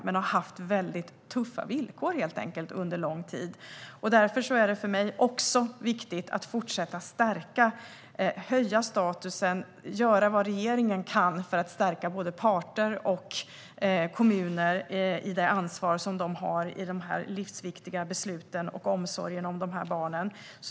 Men de har helt enkelt haft tuffa villkor under lång tid. Därför är det för mig också viktigt att fortsätta att stärka och höja statusen och att göra vad regeringen kan för att stärka både parter och kommuner i det ansvar de har i dessa livsviktiga beslut och i omsorgen om de här barnen.